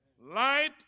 Light